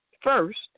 first